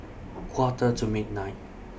Quarter to midnight